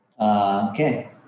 Okay